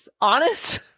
honest